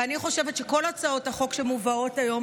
ואני חושבת שכל הצעות החוק שמובאות היום,